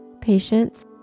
patience